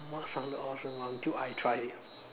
mm what sounded awesome until I tried it